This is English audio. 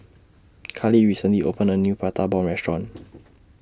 Karley recently opened A New Prata Bomb Restaurant